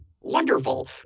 wonderful